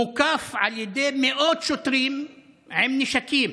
מוקף במאות שוטרים עם נשקים,